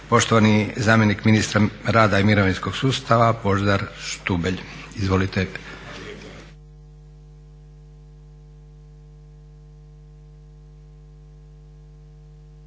Poštovani zamjenik ministra rada i mirovinskog sustava Božidar Štubelj, izvolite.